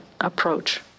approach